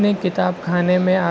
good after noon sir